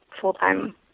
full-time